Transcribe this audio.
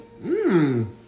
Mmm